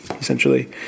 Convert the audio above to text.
essentially